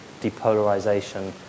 depolarization